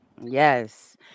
yes